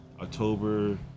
October